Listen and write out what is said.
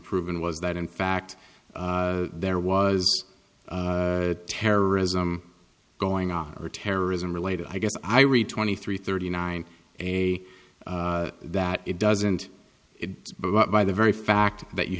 proven was that in fact there was terrorism going on or terrorism related i guess i read twenty three thirty nine a that it doesn't it by the very fact that you